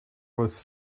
was